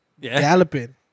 galloping